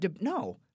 no